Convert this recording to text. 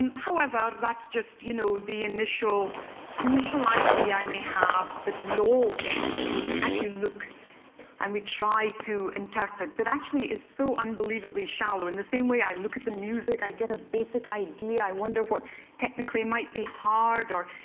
and however, that's just you know the initial initial idea i may have that we all get when we actually look and we try to interpret. but actually it's so unbelievably shallow. in the same way, i look at the music i get a basic idea i wonder what technically might be hard, or,